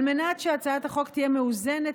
על מנת שהצעת החוק תהיה מאוזנת,